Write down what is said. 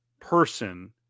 person